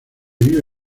vive